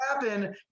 happen